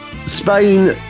Spain